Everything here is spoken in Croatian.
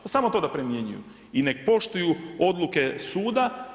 Ma samo to da primjenjuju i nek' poštuju odluke suda.